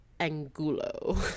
angulo